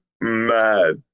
mad